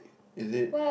is it